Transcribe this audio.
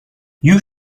you